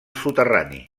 soterrani